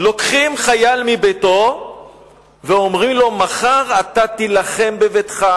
לוקחים חייל מביתו ואומרים לו: מחר תילחם בביתך,